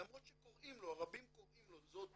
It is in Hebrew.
למרות שרבים קוראים לו זאת תרופה,